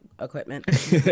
equipment